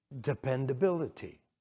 dependability